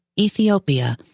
Ethiopia